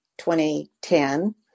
2010